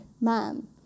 man